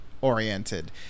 oriented